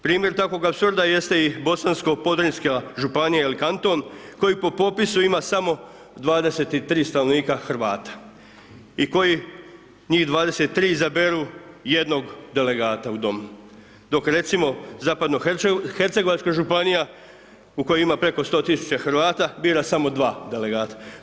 Primjer takvog apsurda jeste i Bosansko Podravinska županija ili kanton koji po popisu ima samo 23 stanovnika Hrvata i koji njih 23 izaberu jednog delegata u Dom, dok recimo, zapadnohercegovačka županija u kojoj ima preko 100 000 Hrvata, bira samo dva delegata.